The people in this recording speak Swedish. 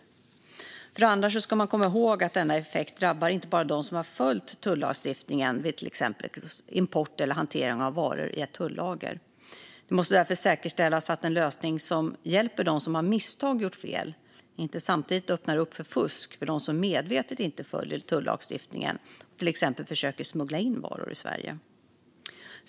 För det andra ska man komma ihåg att denna effekt drabbar de som inte har följt tullagstiftningen vid till exempel en import eller hantering av varor i ett tullager. Det måste därför säkerställas att en lösning som hjälper de som av misstag gjort fel inte samtidigt öppnar upp för skattefusk för de som medvetet inte följer tullagstiftningen och till exempel försöker smuggla in varor i Sverige.